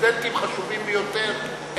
הסטודנטים חשובים ביותר,